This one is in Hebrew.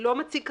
לא מציג כרטיס,